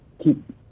keep